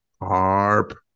Harp